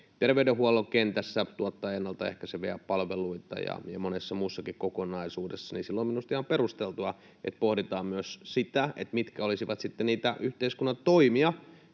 terveydenhuollon kentässä, tuottavat ennalta ehkäiseviä palveluita, ja monessa muussakin kokonaisuudessa — minusta on ihan perusteltua, että pohditaan myös sitä, mitkä olisivat niitä yhteiskunnan toimia,